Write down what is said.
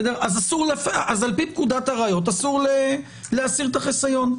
אז על פי פקודת הראיות אסור להסיר את החיסיון.